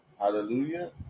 Hallelujah